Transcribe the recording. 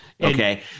Okay